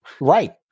Right